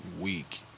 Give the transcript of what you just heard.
Week